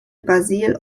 basil